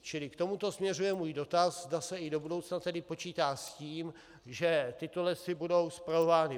Čili k tomuto směřuje můj dotaz, zda se i do budoucna tedy počítá s tím, že tyto lesy budou spravovány